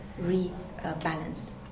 rebalance